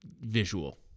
visual